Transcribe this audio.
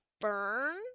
burn